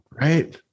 Right